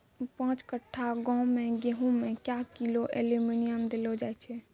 पाँच कट्ठा गांव मे गेहूँ मे क्या किलो एल्मुनियम देले जाय तो?